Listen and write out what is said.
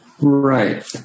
Right